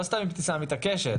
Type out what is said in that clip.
לא סתם אבתיסאם מתעקשת,